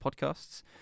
podcasts